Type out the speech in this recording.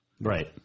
Right